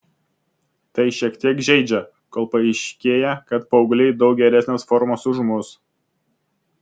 tai šiek tiek žeidžia kol paaiškėja kad paaugliai daug geresnės formos už mus